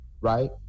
right